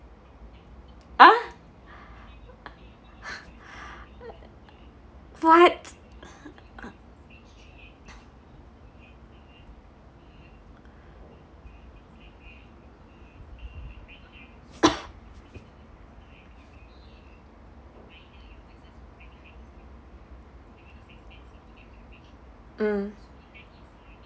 ah what mm